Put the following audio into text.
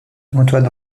antoine